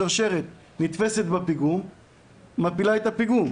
השרשרת נתפסת בפיגום ומפילה אותו,